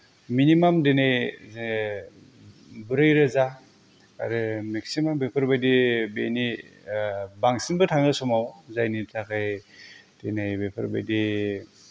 minimum दिनै जे ब्रै रोजा आरो मेक्सिमाम बेफोरबायदि बेनि बांसिनबो थाङो समाव जायनि थाखाय दिनै बेफोरबायदि